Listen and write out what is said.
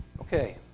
Okay